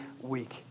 week